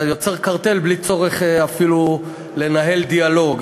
יוצר קרטל בלי צורך אפילו לנהל דיאלוג,